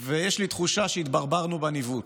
ויש לי תחושה שהתברברנו בניווט.